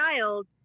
child